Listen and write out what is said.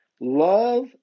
love